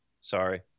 sorry